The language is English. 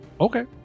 Okay